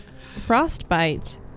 Frostbite